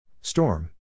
Storm